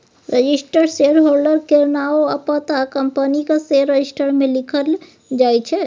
registered shareholder केर नाओ आ पता कंपनीक शेयर रजिस्टर मे लिखल जाइ छै